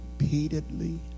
repeatedly